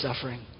suffering